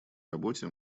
работе